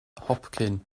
hopcyn